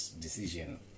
decision